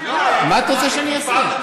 מה את רוצה שאני אעשה?